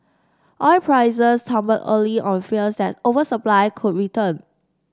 oil prices tumbled early on fears that oversupply could return